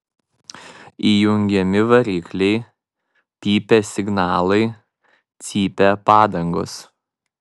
įjungiami varikliai pypia signalai cypia padangos